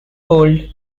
old